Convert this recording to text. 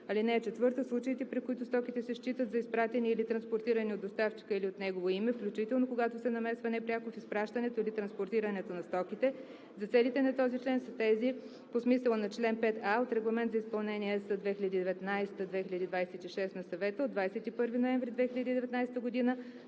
им. (4) Случаите, при които стоките се считат за изпратени или транспортирани от доставчика или от негово име, включително когато се намесва непряко в изпращането или транспортирането на стоките, за целите на този член са тези по смисъла на чл. 5а от Регламент за изпълнение (ЕС) 2019/2026 на Съвета от 21 ноември 2019